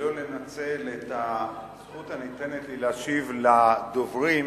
ולא לנצל את הזכות הניתנת לי להשיב לדוברים,